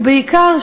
ובעיקר,